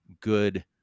good